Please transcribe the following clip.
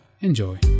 Enjoy